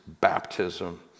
baptism